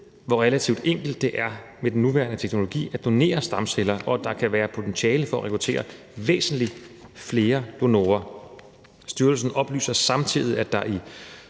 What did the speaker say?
hvor relativt enkelt det er med den nuværende teknologi at donere stamceller, og at der kan være potentiale for at rekruttere væsentlig flere donorer. Styrelsen oplyser samtidig, at der i